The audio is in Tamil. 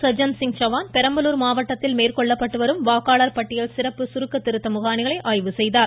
சஜன் சிங் சவான் பெரம்பலூர் மாவட்டத்தில் மேற்கொள்ளப்படும் வாக்காளர் பட்டியல் சிறப்பு சுருக்கத் திருத்த பணிகளை ஆய்வு செய்தார்